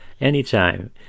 anytime